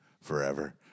forever